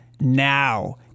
now